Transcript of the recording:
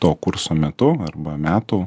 to kurso metu arba metų